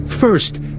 first